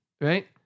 right